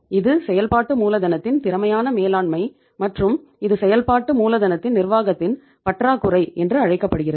இது செயல்பாட்டு மூலதனத்தின் திறமையான மேலாண்மை மற்றும் இது செயல்பாட்டு மூலதனத்தின் நிர்வாகத்தின் பற்றாக்குறை என்று அழைக்கப்படுகிறது